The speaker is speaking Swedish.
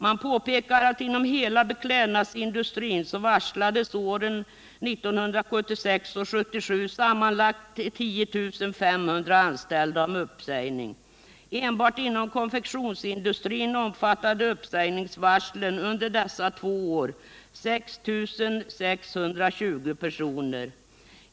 Man påpekar att inom hela beklädnadsindustrin varslades åren 1976 och 1977 sammanlagt 10 500 anställda om uppsägning. Enbart inom konfektionsindustrin omfattar uppsägningsvarslen under dessa två år 6 620 personer.